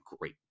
great